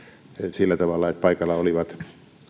sillä tavalla että paikalla olivat